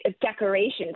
Decorations